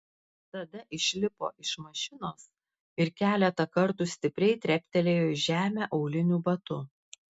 tada išlipo iš mašinos ir keletą kartų stipriai treptelėjo į žemę auliniu batu